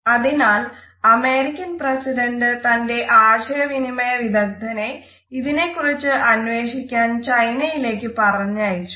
അതിനാൽ American president തന്റെ ആശയവിനിമയ വിദഗ്ദ്ധനെ ഇതിനെ കുറിച്ച് അന്വേഷിക്കാൻ ചൈനയിലേക്ക് പറഞ്ഞയച്ചു